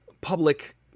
public